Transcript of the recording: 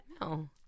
No